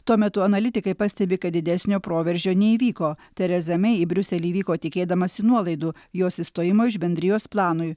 tuo metu analitikai pastebi kad didesnio proveržio neįvyko tereza mei į briuselį vyko tikėdamasi nuolaidų jos išstojimo iš bendrijos planui